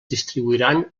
distribuiran